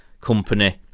company